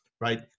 Right